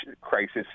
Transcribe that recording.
crisis